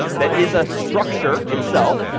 that is a structure itself.